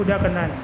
पूॼा कंदा आहिनि